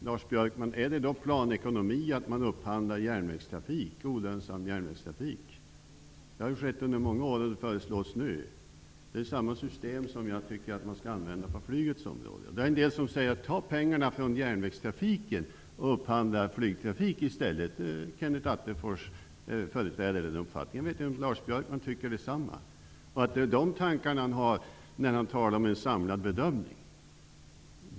Herr talman! Är det då planekonomi, Lars Björkman, att upphandla olönsam järnvägstrafik? Det har skett under många år och föreslås även nu ske. Jag tycker att man skall använda samma system på flygets område. En del säger: Ta pengarna från järnvägstrafiken och upphandla flygtrafik i stället! Kenneth Attefors företräder den uppfattningen. Jag vet inte om Lars Björkman har samma inställning. Är det de tankarna som han har när han talar om en samlad bedömning?